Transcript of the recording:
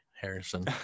Harrison